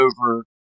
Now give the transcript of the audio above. over